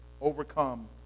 overcome